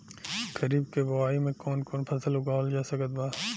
खरीब के बोआई मे कौन कौन फसल उगावाल जा सकत बा?